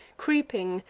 creeping,